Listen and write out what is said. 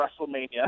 WrestleMania